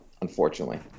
unfortunately